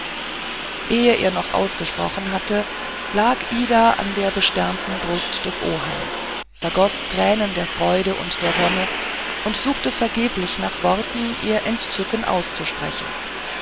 ehe er noch ausgesprochen hatte lag ida an der besternten brust des oheims vergoß tränen der freude und der wonne und suchte vergeblich nach worten ihr entzücken auszusprechen